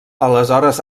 aleshores